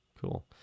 cool